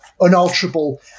unalterable